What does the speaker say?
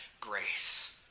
grace